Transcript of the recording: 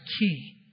key